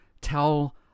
tell